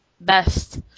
best